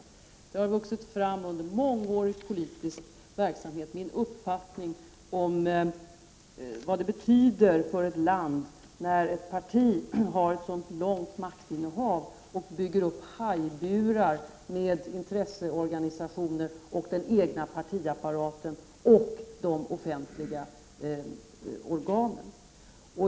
Det är en uppfattningsom har vuxit fram under mångårig politisk verksamhet — vad det betyder för ett land att ett parti har ett så långt maktinnehav och bygger upp hajburar med intresseorganisationer, den egna partiapparaten och de offentliga organen.